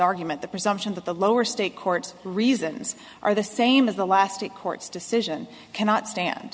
argument the presumption that the lower state court reasons are the same as the last to court's decision cannot stand